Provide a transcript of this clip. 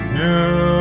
new